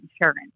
insurance